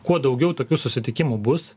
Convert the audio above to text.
kuo daugiau tokių susitikimų bus